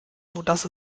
sodass